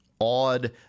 odd